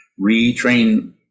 retrain